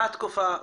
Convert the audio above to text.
מה התקופה?